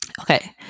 Okay